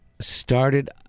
started